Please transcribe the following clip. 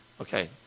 Okay